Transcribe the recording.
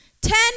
ten